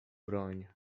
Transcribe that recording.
broń